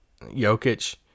Jokic